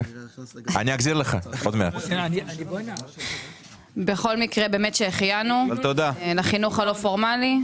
בכל מקרה, באמת שהחיינו לחינוך הלא פורמלי.